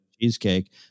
cheesecake